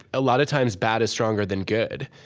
a lot of times bad is stronger than good.